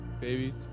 baby